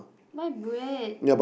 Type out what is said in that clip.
buy bread